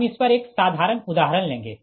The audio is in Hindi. हम इस पर एक साधारण उदाहरण लेंगे